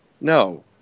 No